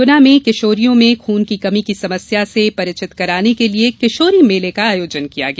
गुना में किशोरियों में खून की कमी की समस्या से परिचित कराने के लिए किशोरी मेले का आयोजन किया गया